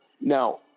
Now